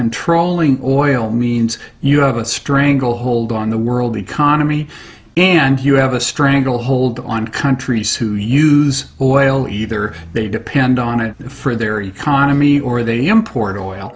i'm trolling or oil means you have a stranglehold on the world economy and you have a stranglehold on countries who use or oil either they depend on it for their economy or the imported oil